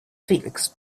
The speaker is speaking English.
felix